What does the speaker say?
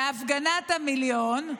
בהפגנת המיליון.